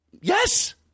Yes